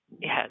Yes